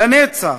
לנצח.